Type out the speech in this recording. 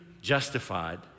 justified